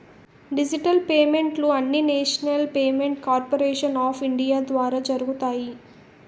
digital పేమెంట్లు అన్నీనేషనల్ payment corporation of India ద్వారా జరుగుతాయి